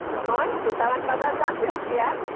নহয় দুটামান বজাত যাম দিয়ক বিয়াত